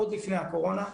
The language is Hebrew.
עוד לפני הקורונה.